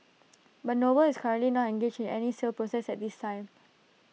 but noble is currently not engaged in any sale process at this time